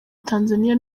tanzania